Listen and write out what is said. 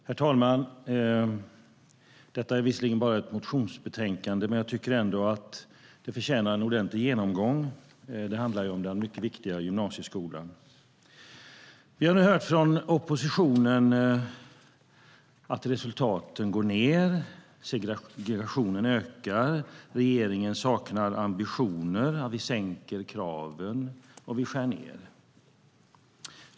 Herr talman! Detta är visserligen bara ett motionsbetänkande, men jag tycker ändå att det förtjänar en ordentlig genomgång. Det handlar om den mycket viktiga gymnasieskolan. Vi har nu hört från oppositionen att resultaten går ned, att segregationen ökar, att regeringen saknar ambitioner, att vi sänker kraven och att vi skär ned.